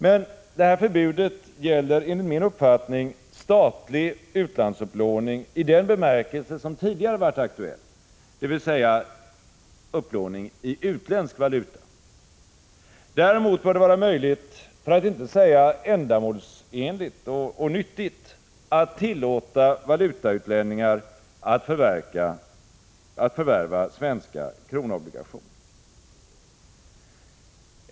Men förbudet gäller enligt min uppfattning statlig utlandsupplåning i den bemärkelse som tidigare varit aktuell, dvs. upplåning i utländsk valuta. Däremot bör det vara möjligt — för att inte säga ändamålsenligt och nyttigt — att tillåta valutautlänningar att förvärva svenska kronobligationer.